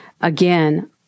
Again